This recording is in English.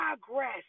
progress